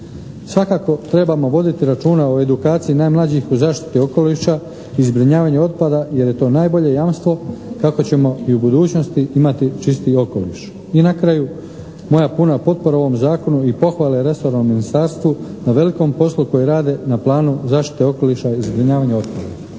Svakako trebamo voditi računa o edukaciji najmlađih u zaštiti okoliša i zbrinjavanju otpada jer je to najbolje jamstvo kako ćemo i u budućnosti imat čisti okoliš. I na kraju, moja puna potpora ovom Zakonu i pohvale resornom ministarstvu na velikom poslu koji rade na planu zaštite okoliša i zbrinjavanju otpada.